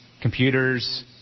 computers